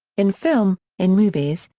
in film in movies,